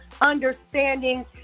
understanding